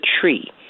tree